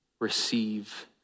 receive